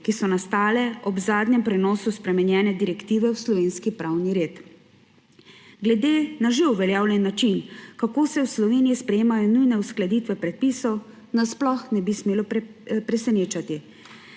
ki so nastale ob zadnjem prenosu spremenjene direktive v slovenski pravni red. Glede na že uveljavljen način, kako se v Sloveniji sprejemajo nujne uskladitve predpisov, nas sploh ne bi smelo presenečati,